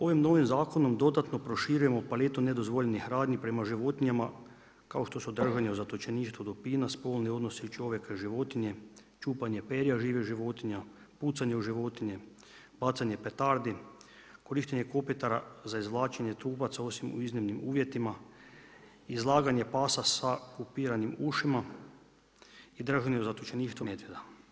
Ovim novim zakonom dodatno proširujemo paletu nedozvoljenih radnji prema životinjama kao što su držanje u zatočeništvu dupina, spolni odnosi čovjeka i životinje, čupanje perja živih životinja, pucanje u životinje, bacanje petardi, korištenje kopitara za izvlačenje trupaca osim u iznimnim uvjetima, izlaganje pasa sa kupiranim ušima i držanje u zatočeništvu medvjeda.